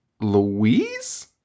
Louise